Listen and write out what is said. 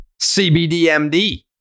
CBDMD